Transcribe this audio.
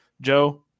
Joe